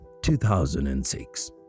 2006